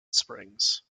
springs